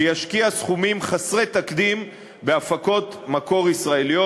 שישקיע סכומים חסרי תקדים בהפקות מקור ישראליות.